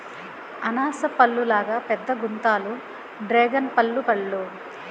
అనాస పల్లులాగా పెద్దగుంతాయి డ్రేగన్పల్లు పళ్ళు